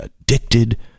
addicted